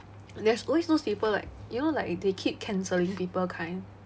there's always those people like you know like they keep cancelling people kind